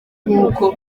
nk’uko